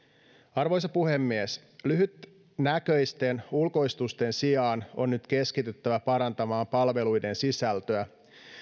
arvoisa puhemies lyhytnäköisten ulkoistusten sijaan on nyt keskityttävä parantamaan palveluiden sisältöä